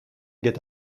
guet